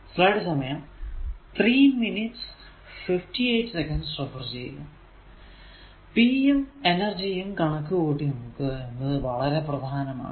P യും എനർജിയും കണക്കു കൂട്ടുക എന്നത് വളരെ പ്രധാനമാണ്